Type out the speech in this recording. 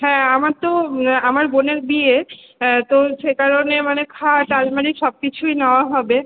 হ্যাঁ আমার তো আমার বোনের বিয়ে তো সে কারণে মানে খাট আলমারি সব কিছুই নেওয়া হবে